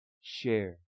Share